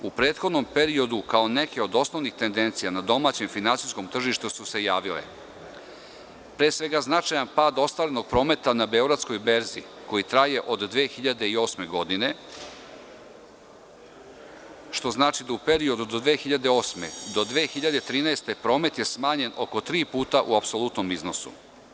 U prethodnom periodu kao neke od osnovnih tendencija na domaćem finansijskom tržištu su se javile: Pre svega, značajan pad ostvarenog prometa na Beogradskoj berzi, koji traje od 2008. godine, što znači da je u period od 2008. do 2013. godine promet smanjen oko tri puta u apsolutnom iznosu.